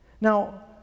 Now